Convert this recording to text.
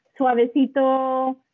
suavecito